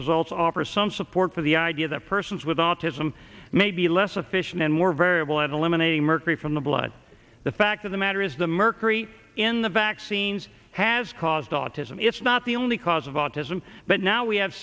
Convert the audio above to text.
results offer some support for the idea that persons with autism may be less efficient and more variable at eliminating mercury from the blood the fact of the matter is the mercury in the vaccines has caused autism it's not the only cause of autism but now we have